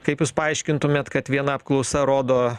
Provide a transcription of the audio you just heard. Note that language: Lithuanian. kaip jūs paaiškintumėt kad viena apklausa rodo